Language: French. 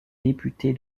député